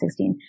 2016